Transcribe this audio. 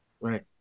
right